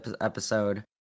episode